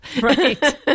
Right